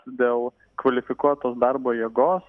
dėl kvalifikuotos darbo jėgos